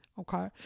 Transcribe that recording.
Okay